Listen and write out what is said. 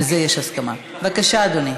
נבקש מדיכטר.